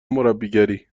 مربیگری